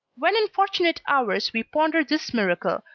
when in fortunate hours we ponder this miracle,